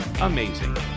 amazing